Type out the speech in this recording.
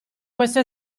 questo